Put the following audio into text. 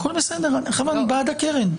הכול בסדר, חבל, אני בעד הקרן.